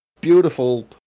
beautiful